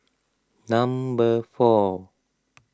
number four